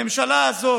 הממשלה הזאת,